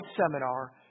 seminar